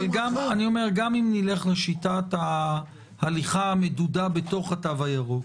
אני אומר: גם אם נלך לשיטת ההליכה המדודה בתוך התו הירוק,